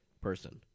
person